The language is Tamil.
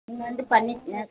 நீங்கள் வந்து பண்ணிக்கங்க